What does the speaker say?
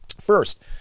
first